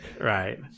Right